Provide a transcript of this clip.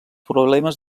problemes